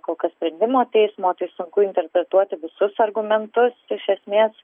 kol kas sprendimo teismo tai sunku interpretuoti visus argumentus iš esmės